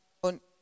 Und